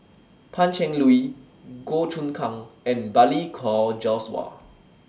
Pan Cheng Lui Goh Choon Kang and Balli Kaur Jaswal